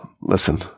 listen